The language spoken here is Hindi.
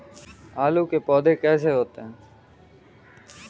आलू के पौधे कैसे होते हैं?